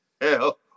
hell